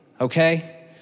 okay